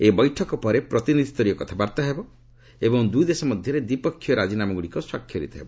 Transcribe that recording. ଏହି ବୈଠକ ପରେ ପ୍ରତିନିଧିସ୍ତରୀୟ କଥାବାର୍ତ୍ତା ହେବ ଏବଂ ଦୁଇ ଦେଶ ମଧ୍ୟରେ ଦ୍ୱିପକ୍ଷୀୟ ରାଜିନାମାଗୁଡ଼ିକ ସ୍ୱାକ୍ଷରିତ ହେବ